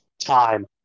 time